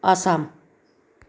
Assam